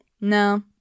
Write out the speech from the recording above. No